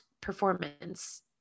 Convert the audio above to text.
performance